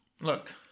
look